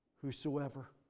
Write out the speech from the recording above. Whosoever